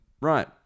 Right